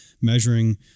measuring